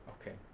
Okay